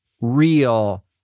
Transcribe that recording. real